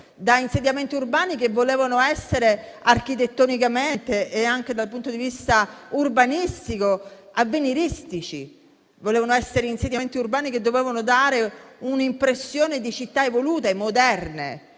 da insediamenti urbani che volevano essere architettonicamente e anche dal punto di vista urbanistico, avveniristici. Volevano essere insediamenti urbani che dovevano dare un'impressione di città evolute e moderne.